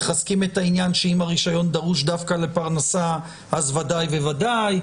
מחזקים את העניין שאם הרישיון דרוש דווקא לפרנסה אז בוודאי ובוודאי.